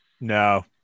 No